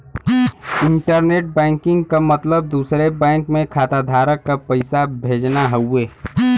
internet banking क मतलब दूसरे बैंक में खाताधारक क पैसा भेजना हउवे